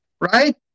right